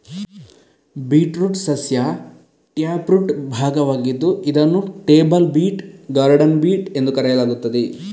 beetroot ಸಸ್ಯ taproot ಭಾಗವಾಗಿದ್ದು ಇದನ್ನು ಟೇಬಲ್ ಬೀಟ್, ಗಾರ್ಡನ್ ಬೀಟ್ ಎಂದು ಕರೆಯಲಾಗುತ್ತದೆ